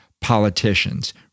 politicians